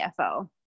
CFO